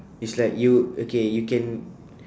it's like you okay you can